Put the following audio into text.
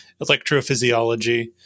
electrophysiology